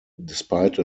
despite